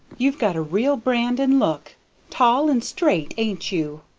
you've got a real brandon look tall and straight, ain't you?